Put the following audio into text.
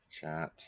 Chat